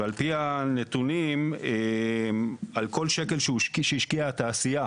ועל פי הנתונים, על כל שקל שהשקיעה התעשייה